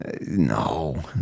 No